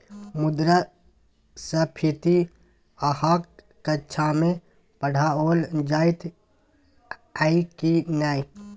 मुद्रास्फीति अहाँक कक्षामे पढ़ाओल जाइत यै की नै?